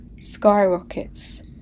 skyrockets